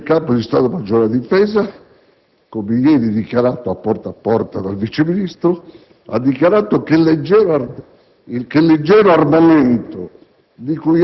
perché il Capo di stato maggiore della difesa, come ieri riferito a «Porta a Porta» dal vice Ministro, ha dichiarato che il leggero armamento